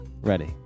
Ready